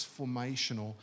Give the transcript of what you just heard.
transformational